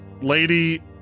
lady